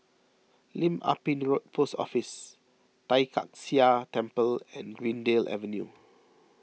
Lim Ah Pin Road Post Office Tai Kak Seah Temple and Greendale Avenue